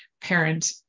parent